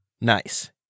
Nice